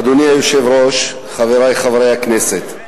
אדוני היושב-ראש, חברי חברי הכנסת,